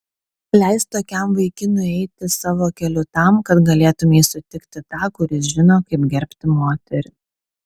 leisk tokiam vaikinui eiti savo keliu tam kad galėtumei sutikti tą kuris žino kaip gerbti moterį